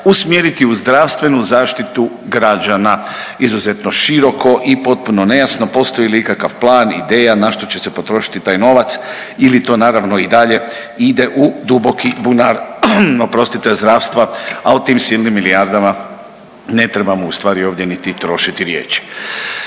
usmjeriti u zdravstvenu zaštitu građana, izuzetno široko i potpuno nejasno postoji li ikakav plan i ideja na što će se potrošiti taj novac ili to naravno i dalje ide u duboki bunar, oprostite, zdravstva, a o tim silnim milijardama ne trebamo ustvari ovdje niti trošiti riječi.